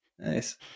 Nice